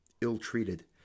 ill-treated